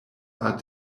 are